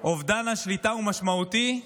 אובדן השליטה הוא משמעותי,